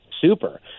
Super